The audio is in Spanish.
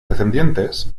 descendientes